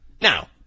Now